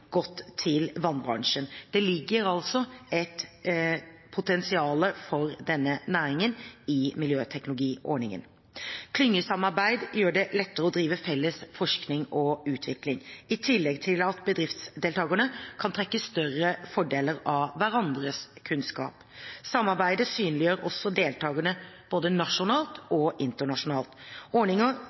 til vannbransjen. Det ligger altså et potensial for denne næringen i Miljøteknologiordningen. Klyngesamarbeid gjør det lettere å drive felles forskning og utvikling, i tillegg til at bedriftsdeltagerne kan trekke større fordeler av hverandres kunnskap. Samarbeidet synliggjør også deltagerne både nasjonalt og internasjonalt.